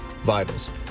Vitals